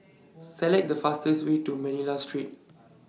Select The fastest Way to Manila Street